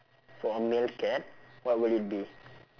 for a male cat what will it be